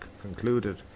concluded